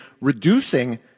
reducing